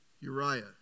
Uriah